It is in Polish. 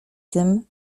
tym